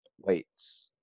weights